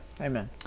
amen